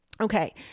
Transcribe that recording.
Okay